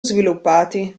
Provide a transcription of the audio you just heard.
sviluppati